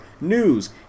news